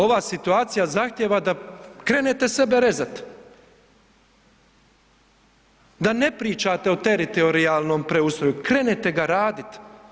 Ova situacija zahtijeva da krenete sebe rezat, da ne pričate o teritorijalnom preustroju, krenete ga radit.